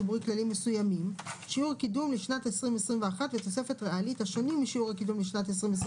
להיות שכולכם תבואו ותגידו שזה מאתגר אבל אפשרי,